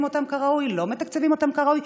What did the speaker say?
אותם כראוי או לא מתקצבים אותם כראוי.